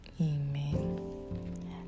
Amen